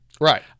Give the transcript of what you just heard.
Right